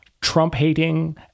Trump-hating